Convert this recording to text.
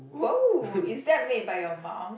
wow is that made by your mum